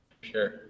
Sure